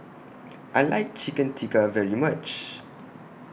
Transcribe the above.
I like Chicken Tikka very much